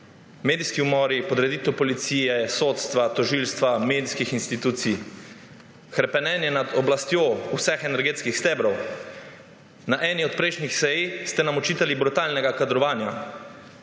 medijski umori, podreditev policije, sodstva, tožilstva, medijskih institucij, hrepenenje nad oblastjo vseh energetskih stebrov. Na eni od prejšnjih sej ste nam očitali brutalno kadrovanje,